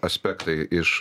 aspektai iš